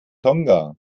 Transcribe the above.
tonga